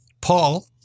Paul